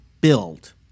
build